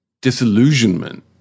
disillusionment